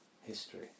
history